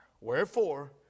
Wherefore